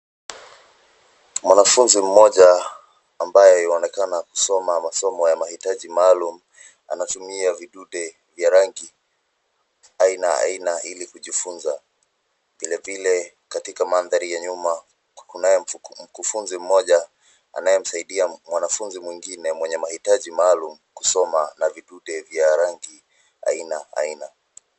Mwanafunzi moja ambaye yuonekana kusoma masomo ya mahitaji maalum anatumia vidude vya rangi aina aina ili kujifunza. Vilevile katika mandhari ya nyuma kunaye mkufunzi moja anyemsaidia mwanafunzi mwingine mwenye mahitaji maalum kusoma na vidude vya rangi aina aina.